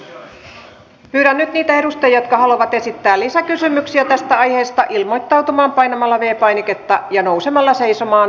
pyydän nyt niitä edustajia jotka haluavat esittää lisäkysymyksiä tästä aiheesta ilmoittautumaan painamalla v painiketta ja nousemalla seisomaan